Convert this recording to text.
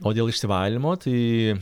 o dėl išsivalymo tai